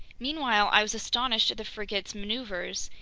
meanwhile i was astonished at the frigate's maneuvers.